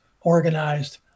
organized